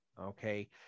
Okay